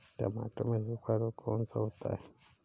टमाटर में सूखा रोग कौन सा होता है?